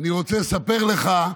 אני רוצה לספר לך,